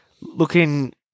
looking